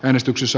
äänestänyt